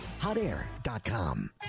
Hotair.com